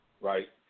right